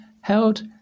held